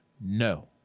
no